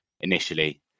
initially